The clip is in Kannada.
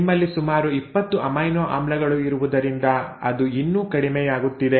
ನಿಮ್ಮಲ್ಲಿ ಸುಮಾರು 20 ಅಮೈನೋ ಆಮ್ಲಗಳು ಇರುವುದರಿಂದ ಅದು ಇನ್ನೂ ಕಡಿಮೆಯಾಗುತ್ತಿದೆ